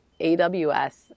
AWS